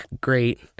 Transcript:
great